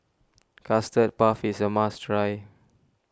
Custard Puff is a must try